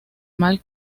mal